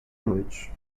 noite